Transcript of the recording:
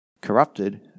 corrupted